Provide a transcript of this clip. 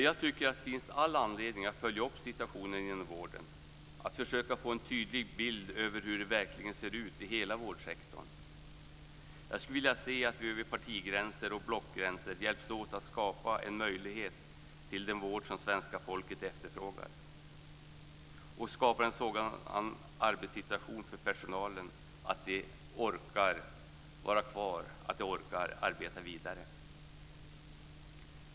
Jag tycker att det finns all anledning att följa upp situationen inom vården, att försöka få en tydlig bild över hur det verkligen ser ut i hela vårdsektorn. Jag skulle vilja se att vi över partigränser och blockgränser hjälps åt att skapa en möjlighet till den vård som svenska folket efterfrågar och skapa en sådan arbetssituation för personalen att den orkar vara kvar och arbeta vidare.